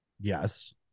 Yes